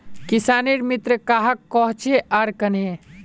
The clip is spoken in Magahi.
किसानेर मित्र कहाक कोहचे आर कन्हे?